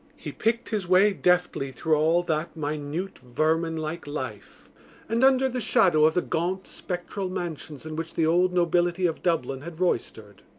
he picked his way deftly through all that minute vermin-like life and under the shadow of the gaunt spectral mansions in which the old nobility of dublin had roystered.